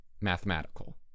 mathematical